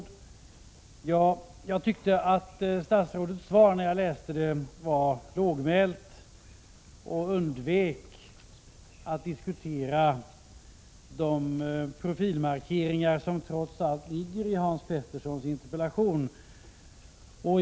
Herr talman! När jag läste statsrådets svar tyckte jag att det var lågmält. Statsrådet undvek att diskutera de profilmarkeringar som trots allt finns i Hans Peterssons i Hallstahammar interpellation.